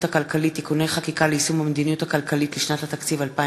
הכלכלית (תיקוני חקיקה ליישום המדיניות הכלכלית לשנת התקציב 2015),